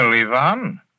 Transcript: Ivan